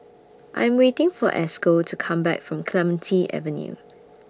I'm waiting For Esco to Come Back from Clementi Avenue